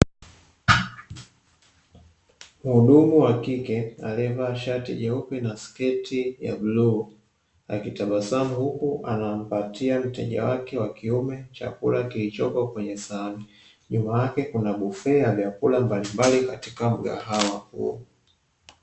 Mhudumu wa kike aliyevaa shati jeupe na sketi ya bluu, akitabasamu huku anampatia mteja wake wa kiume chakula kilichopo kwenye sahani, nyuma yake kuna bufee ya vyakula mbalimbali katika mgahawa huo.